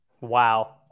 wow